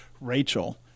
Rachel